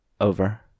Over